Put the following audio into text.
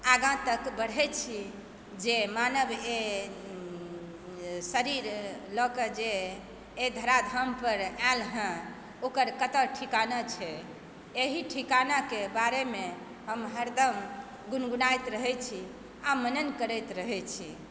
आगाँ तक बढ़ै छी जे मानव एहि शरीर लऽ कऽ जे एहि धरा धाम पर आएल हँ ओकर कतऽ ठिकाना छै एहि ठिकानाके बारेमे हम हरदम गुनगुनैत रहै छी आ मनन करैत रहै छी